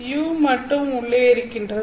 u மட்டும் உள்ளே இருக்கின்றது